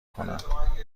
کنم